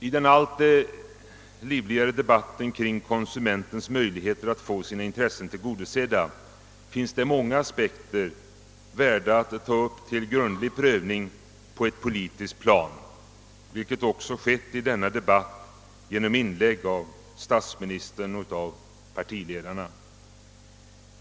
I den allt livligare debatten kring konsumentens möjligheter att få sina intressen tillgodosedda finns många aspekter värda att tas upp till grundlig prövning på det politiska planet, vilket också har skett i denna debatt genom inlägg av statsministern och partiledarna.